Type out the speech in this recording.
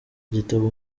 igitabo